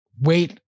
wait